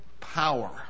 power